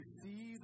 see